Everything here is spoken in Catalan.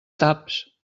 taps